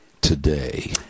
today